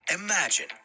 Imagine